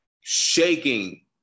shaking